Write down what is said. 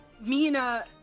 Mina